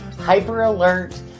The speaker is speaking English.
hyper-alert